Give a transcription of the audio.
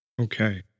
Okay